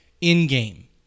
in-game